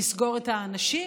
לסגור את האנשים,